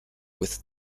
with